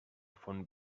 font